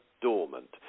dormant